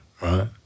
right